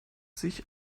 sich